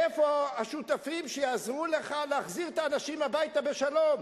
איפה השותפים שיעזרו לך להחזיר את האנשים הביתה בשלום?